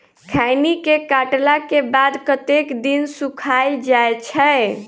खैनी केँ काटला केँ बाद कतेक दिन सुखाइल जाय छैय?